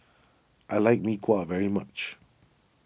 I like Mee Kuah very much